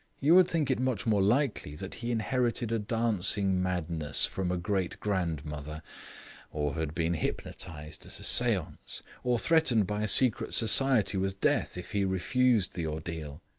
you would think it much more likely that he inherited a dancing madness from a great grandmother or had been hypnotised at a seance or threatened by a secret society with death if he refused the ordeal.